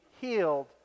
healed